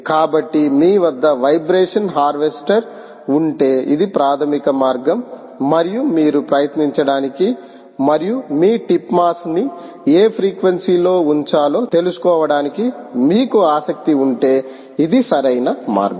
కాబట్టి మీ వద్ద వైబ్రేషన్ హార్వెస్టర్ ఉంటే ఇది ప్రాథమిక మార్గం మరియు మీరు ప్రయత్నించడానికి మరియు మీ టిప్ మాస్ని ఏ ఫ్రీక్వెన్సీ లో ఉంచాలో తెలుసుకోవడానికి మీకు ఆసక్తి ఉంటే ఇది సరైన మార్గం